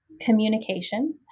communication